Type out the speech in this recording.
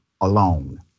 alone